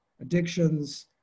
addictions